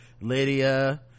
lydia